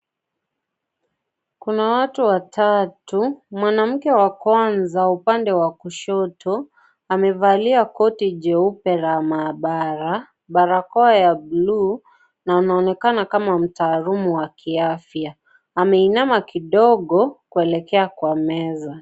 Kuna watu watatu. Mwanamke wa kwanza upande wa kushoto, amevalia koti jeupe la mahabara, barakoa ya blue na anaonekana kama mtaalam wa kiafya. Ameinama kidogo kuelekea kwa meza.